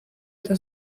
eta